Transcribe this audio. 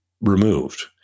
removed